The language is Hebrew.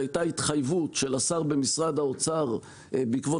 הייתה התחייבות של השר במשרד האוצר בעקבות